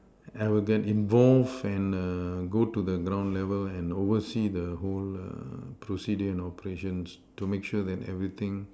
I will get involved and err get to the ground level and oversee the whole err procedures and operations to make sure that everything